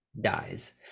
dies